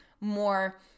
more